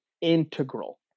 integral